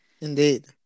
Indeed